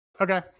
Okay